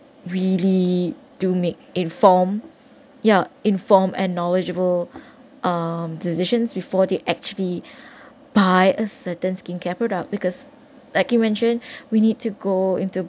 really do make inform ya informed and knowledgeable um decisions before they actually buy a certain skincare product because like you mentioned we need to go into